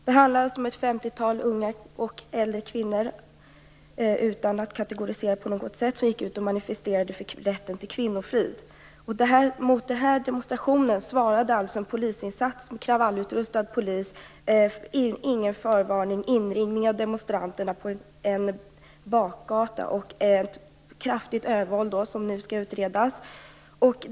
Det handlade alltså om ett femtiotal unga och äldre kvinnor, utan att kategorisera på något sätt, som gick ut och manifesterade rätten till kvinnofrid. Mot den här demonstrationen svarade en polisinsats med kravallutrustad polis, ingen förvarning, inringning av demonstranterna på en bakgata och ett kraftigt övervåld, vilket nu skall utredas.